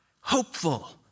hopeful